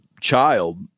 child